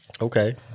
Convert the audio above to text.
Okay